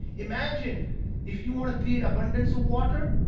imagine if you want to create abundance of water,